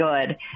good